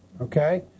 Okay